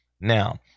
Now